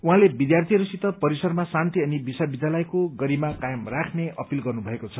उहाँले विद्यार्यीहरूसित परिसरमा शान्ति अनि विश्वविद्यालयको गरिमा कायम राख्ने अपिल गर्नुभएको छ